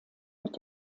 mit